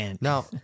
Now